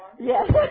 Yes